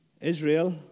Israel